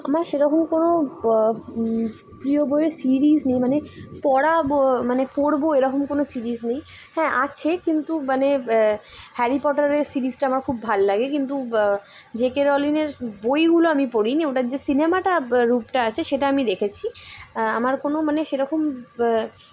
আমার সেরকম কোনো প্রিয় বইয়ের সিরিজ নেই মানে পড়া ব মানে পড়বো এরকম কোনো সিরিজ নেই হ্যাঁ আছে কিন্তু মানে হ্যারি পটারের সিরিজটা আমার খুব ভাল লাগে কিন্তু জেকে রাউলিংয়ের বইগুলো আমি পড়িনি ওটার যে সিনেমাটা রূপটা আছে সেটা আমি দেখেছি আমার কোনো মানে সেরকম